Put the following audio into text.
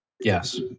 Yes